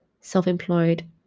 self-employed